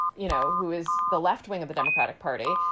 you know, who is the left wing of the democratic party,